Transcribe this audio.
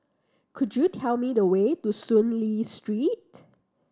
could you tell me the way to Soon Lee Street